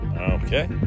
Okay